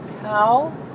cow